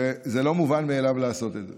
וזה לא מובן מאליו לעשות את זה.